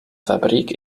fabriek